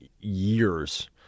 years